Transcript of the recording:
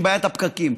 עם בעיית הפקקים.